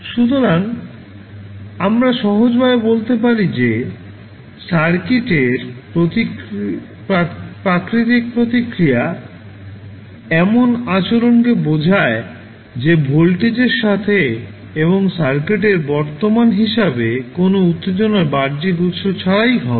সুতরাং আমরা সহজভাবে বলতে পারি যে সার্কিটের প্রাকৃতিক প্রতিক্রিয়া এমন আচরণকে বোঝায় যে ভোল্টেজের সাথে এবং সার্কিটের বর্তমান হিসাবে কোনও উত্তেজনার বাহ্যিক উৎস ছাড়াই হবে